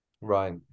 Right